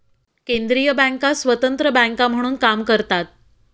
केंद्रीय बँका स्वतंत्र बँका म्हणून काम करतात